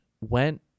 went